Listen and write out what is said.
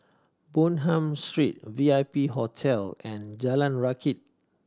Bonham Street V I P Hotel and Jalan Rakit